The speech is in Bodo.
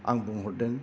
आं बुंहरदों